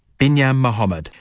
binyam mohamed,